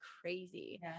crazy